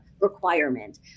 requirement